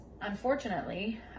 unfortunately